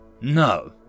No